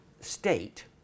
state